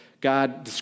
God